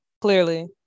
Clearly